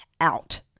out